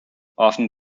often